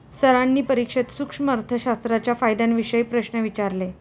सरांनी परीक्षेत सूक्ष्म अर्थशास्त्राच्या फायद्यांविषयी प्रश्न विचारले